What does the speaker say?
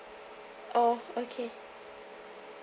oh okay